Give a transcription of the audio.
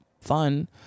fun